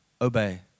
obey